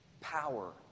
Power